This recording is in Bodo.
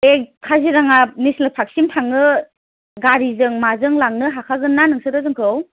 बे काजिरङा नेसनेल पार्कसिम थांनो गारिजों माजों लांनो हाखागोनना नोंसोरो जोंखौ